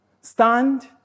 stand